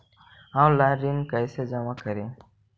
Online ऋण कैसे जमा करी?